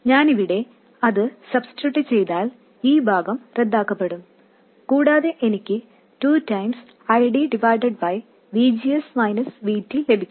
ഞാൻ ഇവിടെ അത് സബ്സ്റ്റിട്യൂട്ട് ചെയ്താൽ ഈ ഭാഗം റദ്ദാക്കപ്പെടും കൂടാതെ എനിക്ക് 2 I D V G S V T ലഭിക്കും